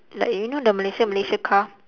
like you know the malaysia malaysia car